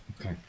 Okay